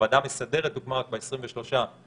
הוועדה המסדרת הוקמה רק ב-23 במרץ,